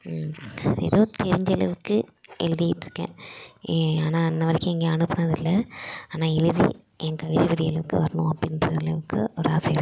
ஏதோ தெரிஞ்சளவுக்கு எழுத்திகிட்டுருக்கேன் ஆனால் இன்னை வரைக்கும் எங்கேயும் அனுப்பினது இல்லை ஆனால் எழுதி ஏன் கவிதை வரிகளுக்கு வரணும் அப்படின்ற அளவுக்கு ஒரு ஆசை இருக்கு